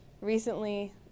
Recently